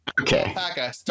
Okay